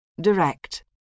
Direct